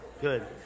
good